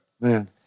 Man